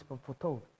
foretold